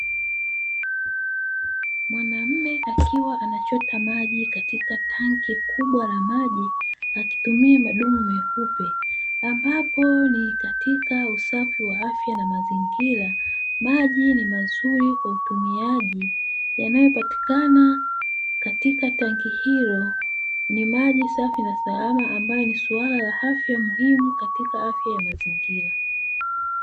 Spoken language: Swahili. Mwanamme akiwa anachota maji katika tanki kubwa la maji akitumia madumu meupe ambapo ni katika usafi wa afya na mazingira maji ni mazuri kwa utumiaji yanayopatikana katika tanki hilo ni maji safi na salama ambayo ni suala la afya muhimu katika afya ya mazingira.